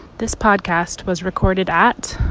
this podcast was recorded at.